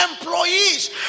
employees